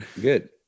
Good